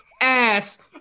ass